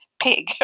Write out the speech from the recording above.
pig